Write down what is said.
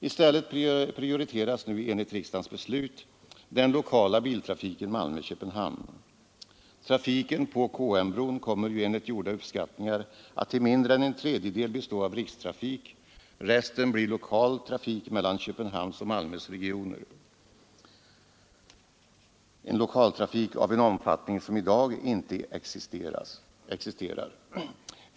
I stället prioriteras nu enligt riksdagens beslut den lokala biltrafiken Malmö—Köpenhamn. Trafiken på KM-bron kommer ju enligt gjorda uppskattningar att till mindre än en tredjedel bestå av rikstrafik. Resten blir lokal trafik mellan Köpenhamns och Malmös regioner — en lokaltrafik av en omfattning som i dag inte existerar.